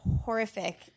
horrific